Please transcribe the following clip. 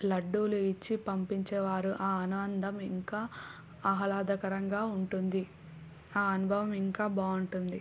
లడ్డూలు ఇచ్చి పంపించేవారు ఆ ఆనందం ఇంకా ఆహ్లాదకరంగా ఉంటుంది ఆ అనుభవం ఇంకా బాగుంటుంది